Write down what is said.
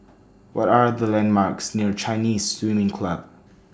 What Are The landmarks near Chinese Swimming Club